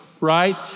right